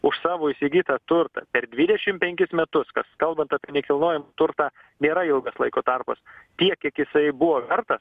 už savo įsigytą turtą per dvidešim penkis metus kas kalbant apie nekilnojamą turtą nėra ilgas laiko tarpas tiek kiek jisai buvo vertas